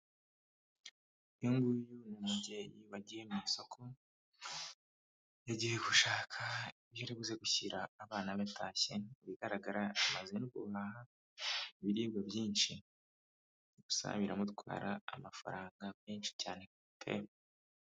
Uyu nguyu ni umubyeyi wagiye mu isoko, yagiye gushaka ibyo ari buze gushyira abana be batashye, ibigaraga amaze no guhaha ibiribwa byinshi, gusa biramutwara amafaranga menshi cyane